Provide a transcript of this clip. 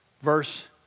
Verse